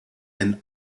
and